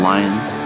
Lions